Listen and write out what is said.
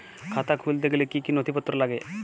খাতা খুলতে গেলে কি কি নথিপত্র লাগে?